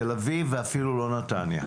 תל אביב ואפילו לא נתניה.